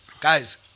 Guys